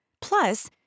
Plus